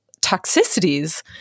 toxicities